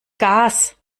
gas